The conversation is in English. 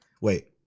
Wait